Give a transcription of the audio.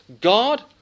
God